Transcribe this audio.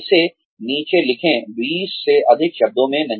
इसे नीचे लिखें 20 से अधिक शब्दों में नहीं